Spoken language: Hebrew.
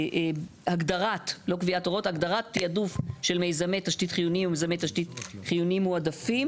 "הגדרת תיעדוף של מיזמי תשתית חיוניים ומיזמי תשתית חיוניים מועדפים,